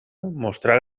mostrà